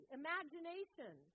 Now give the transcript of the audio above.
imagination